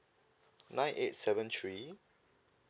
nine eight seven three